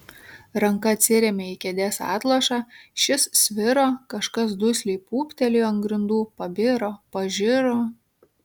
ranka atsirėmė į kėdės atlošą šis sviro kažkas dusliai pūptelėjo ant grindų pabiro pažiro